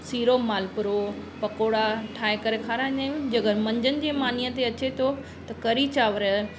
सीरो मालपूरो पकोड़ा ठाहे करे खाराईंदा आहियूं जे अगरि मंझदि जी मानीअ ते अचे थो त कढी चांवर